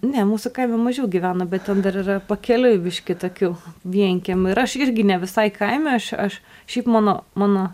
ne mūsų kaime mažiau gyvena bet ten dar yra pakeliui biškį tokių vienkiemių ir aš irgi ne visai kaime aš aš šiaip mano mano